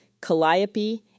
calliope